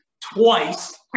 twice